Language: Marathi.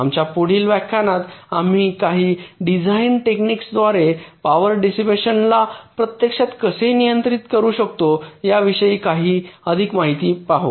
आमच्या पुढील व्याख्यानात आम्ही काही डिझाइन टेक्निक्स द्वारे पॉवर डिसिपॅशन ला प्रत्यक्षात कसे नियंत्रित करू शकतो याविषयी काही अधिक माहिती पाहू